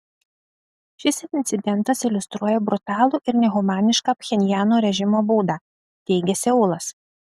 šis incidentas iliustruoja brutalų ir nehumanišką pchenjano režimo būdą teigia seulas